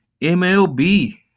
MLB